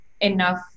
enough